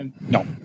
No